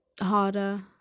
harder